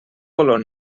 color